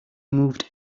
moved